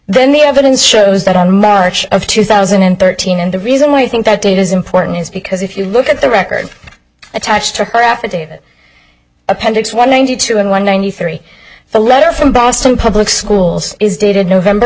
then the evidence shows that on march of two thousand and thirteen and the reason why i think that date is important is because if you look at the record attached to her affidavit appendix one ninety two and one ninety three the letter from boston public schools is dated november